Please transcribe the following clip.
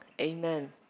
amen